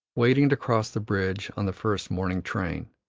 waiting to cross the bridge on the first morning train.